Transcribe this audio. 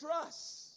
trust